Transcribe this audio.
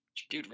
Dude